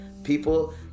people